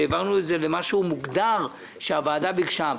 שהעברנו את זה למשהו מוגדר שהוועדה ביקשה.